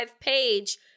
page